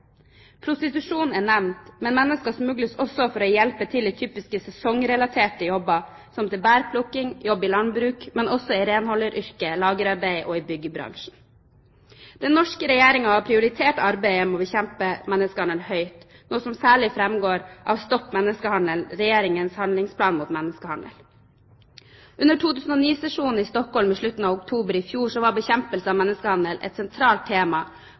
Prostitusjon er nevnt, men mennesker smugles også for å hjelpe til i typisk sesongrelaterte jobber, som til bærplukking, jobb i landbruk, men også i renholdsyrker, lagerarbeid og i byggebransjen. Den norske regjeringen har prioritert arbeidet med å bekjempe menneskehandel høyt, noe som særlig framgår av «Stopp menneskehandelen», Regjeringens handlingsplan mot menneskehandel. Under 2009-sesjonen i Stockholm i slutten av oktober i fjor var bekjempelse av menneskehandel et sentralt tema,